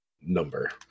number